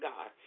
God